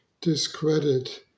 discredit